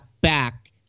back